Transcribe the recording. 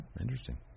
interesting